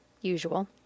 usual